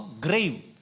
grave